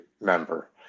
member